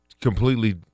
completely